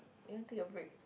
I need take a break